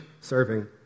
serving